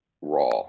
Raw